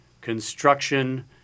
construction